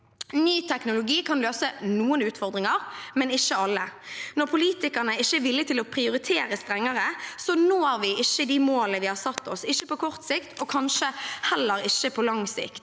Ny teknologi kan løse noen utfordringer, men ikke alle. Når politikerne ikke er villige til å prioritere strengere, når vi ikke de målene vi har satt oss – ikke på kort sikt, og kanskje heller ikke på lang sikt.